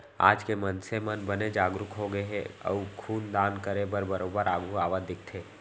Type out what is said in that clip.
आज के मनसे मन बने जागरूक होगे हे अउ खून दान करे बर बरोबर आघू आवत दिखथे